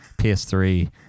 PS3